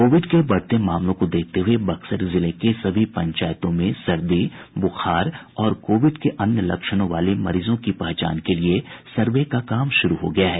Covid के बढ़ते मामलों को देखते हुए बक्सर जिले के सभी पंचायतों में सर्दी बुखार और कोविड के अन्य लक्षणों वाले मरीजों की पहचान के लिये सर्वे का काम शुरू हो गया है